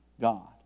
God